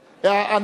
ארדן.